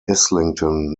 islington